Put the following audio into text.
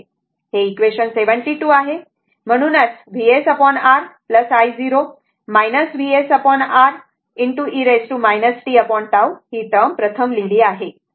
हे इक्वेशन 72 आहे म्हणूनच VsR i0 VsR e tT हि टर्म प्रथम लिहिली आहे